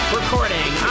recording